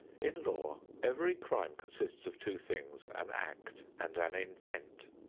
in law every crime consists of two things an act and an intent.